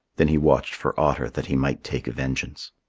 then he watched for otter that he might take vengeance.